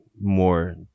more